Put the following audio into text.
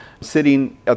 sitting